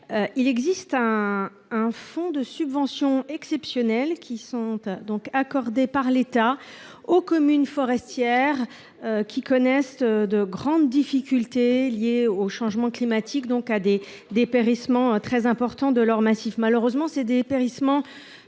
Il existe un fonds de subventions exceptionnelles accordées par l’État aux communes forestières qui connaissent de grandes difficultés liées au changement climatique, à savoir des dépérissements très importants de leurs massifs. Ces dépérissements